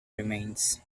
remains